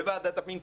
ועדת הפנים.